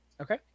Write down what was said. Okay